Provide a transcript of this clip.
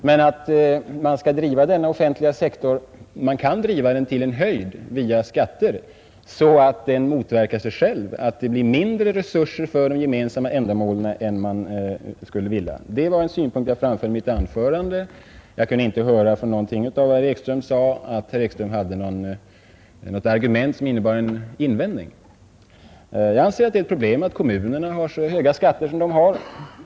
Men man kan genom skatter driva denna offentliga sektor till en sådan höjd att den motverkar sig själv och att det blir mindre resurser till de gemensamma ändamålen än man skulle önska. Denna synpunkt framförde jag i mitt anförande. Jag kunde i herr Ekströms anförande inte finna något argument som innebar en invändning. Jag anser vidare det vara ett problem att kommunerna har så höga skatter.